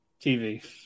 TV